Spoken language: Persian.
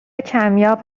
کمیاب